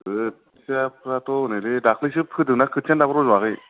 खोथियाफोराथ' ओरैलै दाखालिसो फोदोंना दाबो रज'वाखै